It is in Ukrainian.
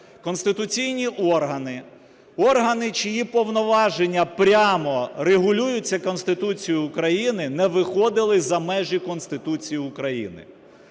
конституційні органи, органи, чиї повноваження прямо регулюються Конституцією України, не виходили за межі Конституції України?